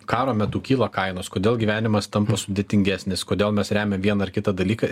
karo metu kyla kainos kodėl gyvenimas tampa sudėtingesnis kodėl mes remiam vieną ar kitą dalyką